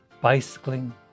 bicycling